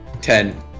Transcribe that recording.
Ten